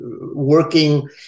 working